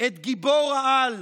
את גיבור-העל